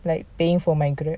like paying for my grab